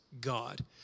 God